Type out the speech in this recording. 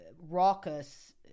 raucous